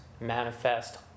manifest